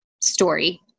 story